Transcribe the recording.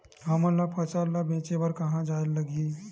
हमन ला फसल ला बेचे बर कहां जाये ला लगही?